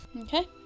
okay